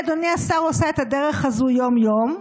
אני, אדוני השר, עושה את הדרך הזו יום-יום,